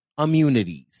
immunities